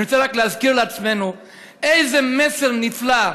אני רוצה רק להזכיר לעצמנו איזה מסר נפלא,